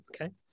okay